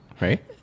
right